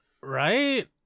right